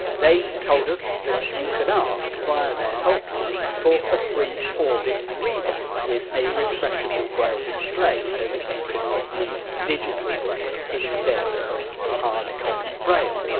they told us that you can ask, via their helpline, for a free orbit reader with a refreshable braille display, so that you could read digital books instead of hard copy braille.